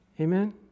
Amen